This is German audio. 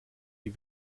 die